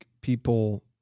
people